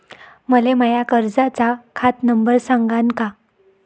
मले माया कर्जाचा खात नंबर सांगान का?